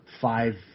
five